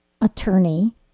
attorney